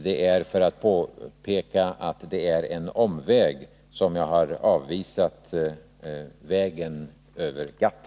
Det är för att påpeka att det är en omväg som jag har avvisat vägen över GATT.